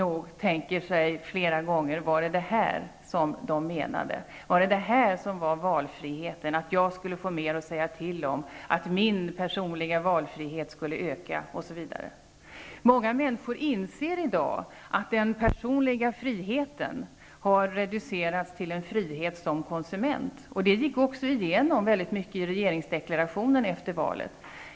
De tänker nog: Var det detta de menade? Var det detta som var valfriheten? Var det så jag skulle få mer att säga till om? Var det så min personliga valfrihet skulle öka? Många människor inser i dag att den personliga friheten har reducerats till en frihet som konsument. Detta gick också igenom i regeringsdeklarationen efter valet.